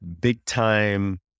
big-time